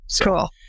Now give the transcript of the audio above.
Cool